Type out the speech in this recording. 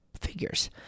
figures